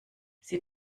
sie